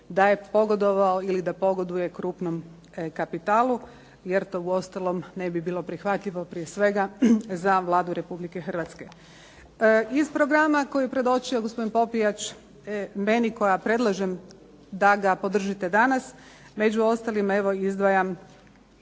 da je pogodovao ili pogoduje krupnom kapitalu, jer to uostalom ne bi vilo prihvatljivo prije svega za Vladu Republike Hrvatske. Iz programa koji je predočio gospodin Popijač meni koja predlažem da ga podržite danas, među ostalima evo izdvajam